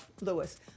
Lewis